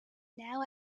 now